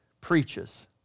preaches